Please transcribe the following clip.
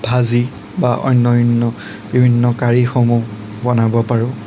ভাজি বা অন্যান্য বিভিন্ন কাৰীসমূহ বনাব পাৰোঁ